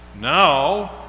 Now